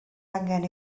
angen